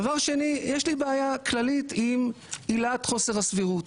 דבר שני, יש לי בעיה כללית עם עילת חוסר הסבירות,